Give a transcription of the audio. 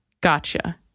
gotcha